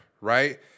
right